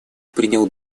принял